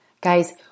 Guys